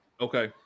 Okay